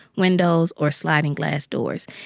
windows or sliding-glass doors.